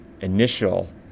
initial